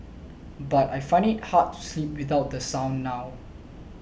but I find it hard to sleep without the sound now